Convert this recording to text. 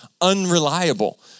unreliable